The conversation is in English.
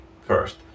first